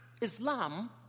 Islam